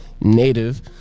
native